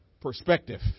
perspective